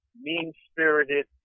mean-spirited